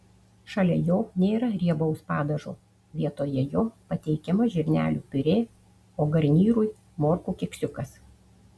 šalia jo nėra riebaus padažo vietoje jo pateikiama žirnelių piurė o garnyrui morkų keksiukas